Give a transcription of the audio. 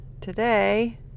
today